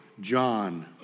John